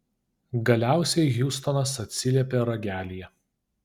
galiausiai hjustonas atsiliepė ragelyje